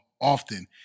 often